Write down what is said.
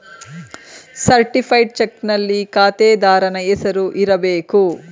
certified ಚಕ್ನಲ್ಲಿ ಖಾತೆದಾರನ ಹೆಸರು ಇರಬೇಕು